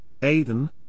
Aiden